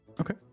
Okay